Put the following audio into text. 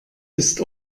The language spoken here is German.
ist